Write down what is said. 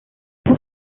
pour